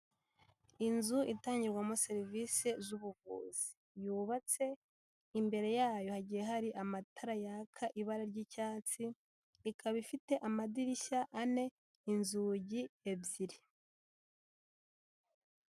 Inzu itangirwamo serivisi z'ubuvuzi, yubatse imbere yayo hagiye hari amatara yaka ibara ry'icyatsi, ikaba ifite amadirishya ane inzugi ebyiri.